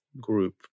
group